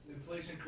inflation